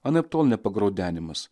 anaiptol ne pagraudenimas